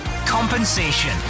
compensation